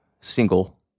single